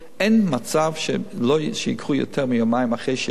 אין מצב שייקח יותר מיומיים אחרי שיש לו